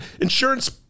insurance